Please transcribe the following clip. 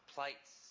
Plates